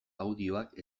audioak